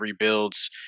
rebuilds